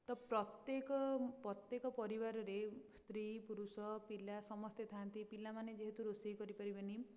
ତ ପ୍ରତ୍ୟେକ ପ୍ରତ୍ୟେକ ପରିବାରରେ ସ୍ତ୍ରୀ ପୁରୁଷ ପିଲା ସମସ୍ତେ ଥାଆନ୍ତି ପିଲାମାନେ ଯେହେତୁ ରୋଷେଇ କରିପାରିବେନି